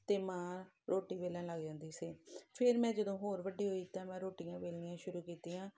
ਅਤੇ ਮਾਂ ਰੋਟੀ ਵੇਲਣ ਲੱਗ ਜਾਂਦੀ ਸੀ ਫਿਰ ਮੈਂ ਜਦੋਂ ਹੋਰ ਵੱਡੀ ਹੋਈ ਤਾਂ ਮੈਂ ਰੋਟੀਆਂ ਵੇਲਣੀਆਂ ਸ਼ੁਰੂ ਕੀਤੀਆਂ